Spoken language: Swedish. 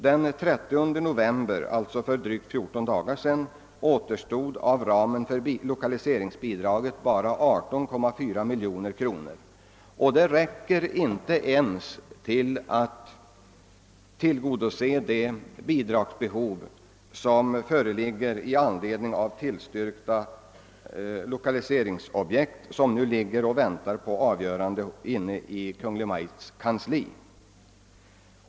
Den 30 november, alltså för drygt 14 dagar sedan, återstod av ramen för lokaliseringsbidraget bara 18,4 miljoner kronor, och det räcker inte ens för att tillgodose det bidragsbehov som föreligger i anledning av de tillstyrkta lokaliseringsobjekt som nu väntar på avgörande i Kungl. Maj:ts kansli.